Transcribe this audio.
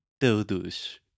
todos